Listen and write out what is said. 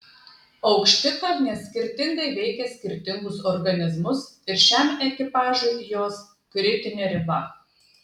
aukštikalnės skirtingai veikia skirtingus organizmus ir šiam ekipažui jos kritinė riba